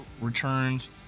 returns